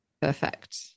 perfect